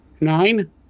Nine